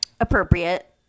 Appropriate